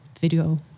video